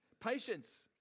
Patience